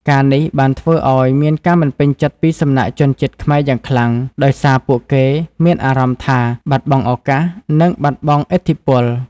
ការណ៍នេះបានធ្វើឱ្យមានការមិនពេញចិត្តពីសំណាក់ជនជាតិខ្មែរយ៉ាងខ្លាំង ដោយសារពួកគេមានអារម្មណ៍ថា បាត់បង់ឱកាស និងបាត់បង់ឥទ្ធិពល។